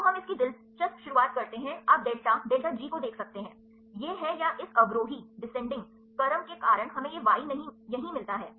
तो हम इसकी दिलचस्प शुरुआत करते हैं आप डेल्टा डेल्टा जी को देख सकते हैं यह है या इस अवरोही क्रम के कारण हमें यह वाई यहीं मिलता है